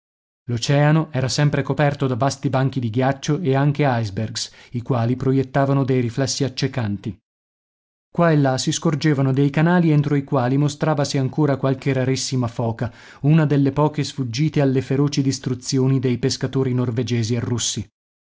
l'oceano era sempre coperto da vasti banchi di ghiaccio e anche ice bergs i quali proiettavano dei riflessi accecanti qua e là si scorgevano dei canali entro i quali mostravasi ancora qualche rarissima foca una delle poche sfuggite alle feroci distruzioni dei pescatori norvegesi e russi